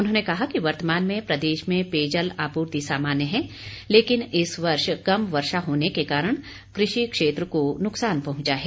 उन्होंने कहा कि वर्तमान में प्रदेश में पेयजल आपूर्ति सामान्य है लेकिन इस वर्ष कम वर्षा होने के कारण कृषि क्षेत्र को नुकसान पहुंचा है